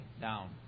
down